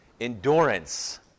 endurance